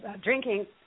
drinking